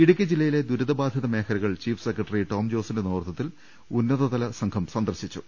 ഇടുക്കി ജില്ലയിലെ ദുരിത ബാധിത മേഖലകൾ ചീഫ് സെക്രട്ടറി ടോം ജോസിന്റെ നേതൃത്വത്തിൽ ഉന്നതതല സംഘം സന്ദർശിച്ചു